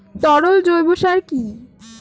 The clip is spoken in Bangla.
তরল জৈব সার কি?